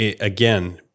again